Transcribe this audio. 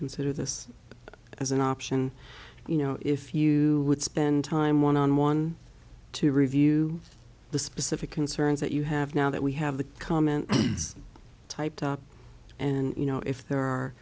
consider this as an option you know if you would spend time one on one to review the specific concerns that you have now that we have the comment was typed up and you know if there are